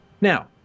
Now